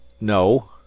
No